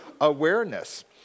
awareness